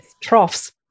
troughs